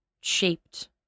shaped